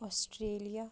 Australia